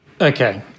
Okay